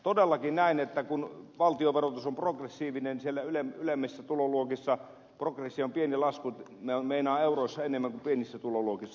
todellakin näin että kun valtionverotus on progressiivinen siellä ylemmissä tuloluokissa progression pieni lasku meinaa euroissa enemmän kuin pienissä tuloluokissa